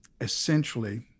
essentially